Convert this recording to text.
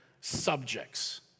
subjects